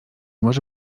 może